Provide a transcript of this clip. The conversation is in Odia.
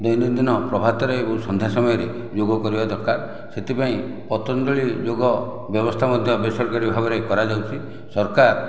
ଦୈନନ୍ଦିନ ପ୍ରଭାତରେ ଓ ସନ୍ଧ୍ୟା ସମୟରେ ଯୋଗ କରିବା ଦରକାର ସେଥିପାଇଁ ପତଞ୍ଜଳି ଯୋଗ ବ୍ୟବସ୍ଥା ମଧ୍ୟ ବେସରକାରୀ ଭାବରେ କରା ଯାଉଛି ସରକାର